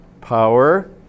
power